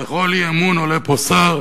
וכל אי-אמון עולה פה שר